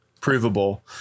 provable